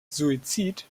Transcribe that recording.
suizid